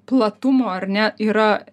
platumo ar ne yra